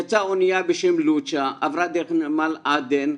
יצאה אונייה בשם לוצ'ה, עברה דרך נמל עדן,